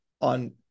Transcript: on